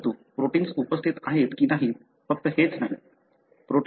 परंतु प्रोटिन्स उपस्थित आहेत की नाही फक्त हेच नाही